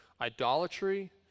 idolatry